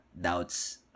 doubts